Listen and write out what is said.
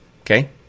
okay